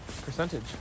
percentage